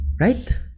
Right